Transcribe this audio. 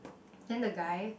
then the guy